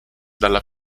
dalla